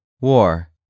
War